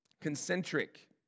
Concentric